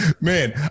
Man